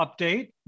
update